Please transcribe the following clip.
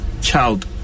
child